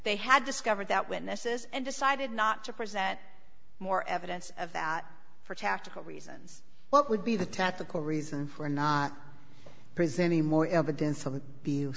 they had discovered that witnesses and decided not to present more evidence of that for tactical reasons what would be the tactical reason for not presenting more evidence